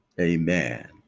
amen